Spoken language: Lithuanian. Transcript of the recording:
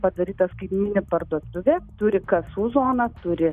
padaryta skaitmeninė parduotuvė turi kasų zoną turi